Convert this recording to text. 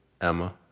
Emma